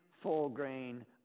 full-grain